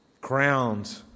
crowned